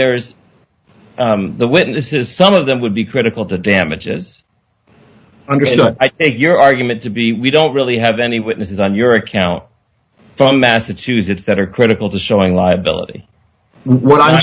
there's the witnesses some of them would be critical to damages i understood your argument to be we don't really have any witnesses on your account from massachusetts that are critical to showing liability what i